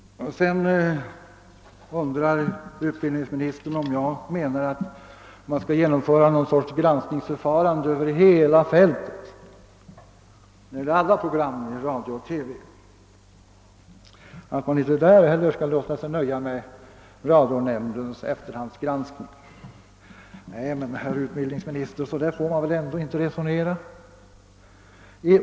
Utbildningsministern undrar om jag menar att det bör införas något granskningsförfarande över hela fältet beträffande alla program i radio och TV, om det inte skulle räcka med radionämndens efterhandsgranskning. Nej, herr utbildningsminister, så får man ändå inte resonera.